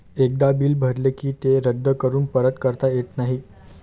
एकदा बिल भरले की ते रद्द करून परत करता येत नाही